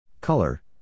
Color